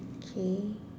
K